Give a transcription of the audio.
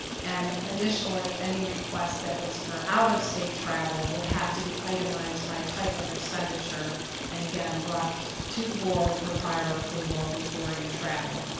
and additionally, any requests that was for out of state travel will have to be itemized by type of expenditure and again brought to the board for prior approval before you travel.